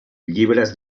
llibres